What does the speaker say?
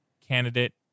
candidate